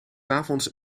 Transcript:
avonds